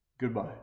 goodbye